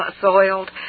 soiled